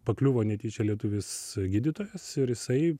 pakliuvo netyčia lietuvis gydytojas ir jisai